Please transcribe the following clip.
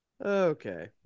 Okay